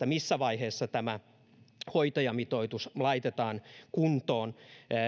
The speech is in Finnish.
missä vaiheessa tämä hoitajamitoitus laitetaan kuntoon